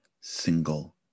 single